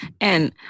And-